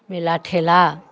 मेला ठेला